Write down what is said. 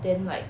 then like